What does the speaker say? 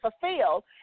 fulfilled